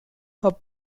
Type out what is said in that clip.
her